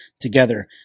together